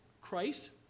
Christ